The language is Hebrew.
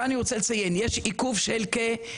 אני רוצה לציין שכאן יש עיכוב של כשנה,